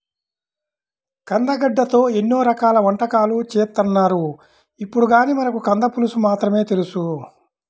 కందగడ్డతో ఎన్నో రకాల వంటకాలు చేత్తన్నారు ఇప్పుడు, కానీ మనకు కంద పులుసు మాత్రమే తెలుసు